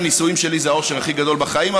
הנישואים שלי זה האושר הכי גדול בחיים,